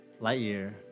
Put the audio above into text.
Lightyear